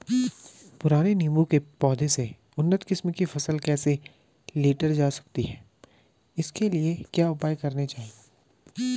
पुराने नीबूं के पौधें से उन्नत किस्म की फसल कैसे लीटर जा सकती है इसके लिए क्या उपाय करने चाहिए?